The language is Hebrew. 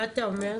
מה אתה אומר?